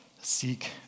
seek